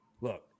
Look